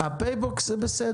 רשות